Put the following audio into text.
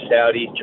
Saudi